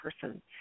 person